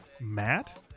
Matt